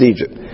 Egypt